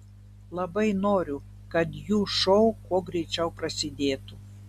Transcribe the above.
labai noriu kad jų šou kuo greičiau prasidėtų